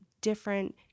different